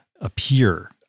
appear